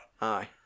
Aye